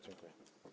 Dziękuję.